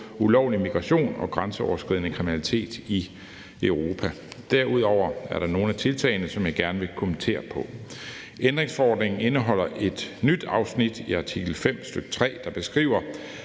ulovlig migration og grænseoverskridende kriminalitet i Europa. Derudover er der nogle af tiltagene, som jeg gerne vil kommentere på. Ændringsforordningen indeholder et nyt afsnit i artikel 5, stk. 3, der beskriver,